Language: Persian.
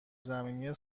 زمینی